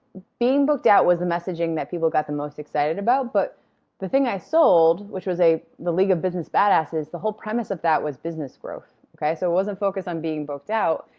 being booked out was the messaging that people got the most excited about, but the thing i sold which was the league of business badasses the whole premise of that was business growth. okay? so it wasn't focused on being booked out,